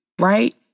right